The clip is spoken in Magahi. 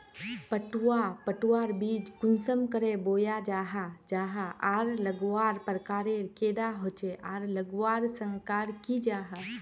पटवा पटवार बीज कुंसम करे बोया जाहा जाहा आर लगवार प्रकारेर कैडा होचे आर लगवार संगकर की जाहा?